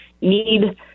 need